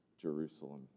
Jerusalem